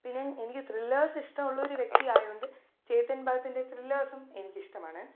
പിന്നെ എനിക്ക് ത്രില്ലേഴ്സിഷ്ടവുള്ളൊരു വ്യക്തി ആയോണ്ട് ചേതൻ ഭഗത്തിന്റെ ത്രില്ലേഴ്സും എനിക്കിഷ്ടമാണ്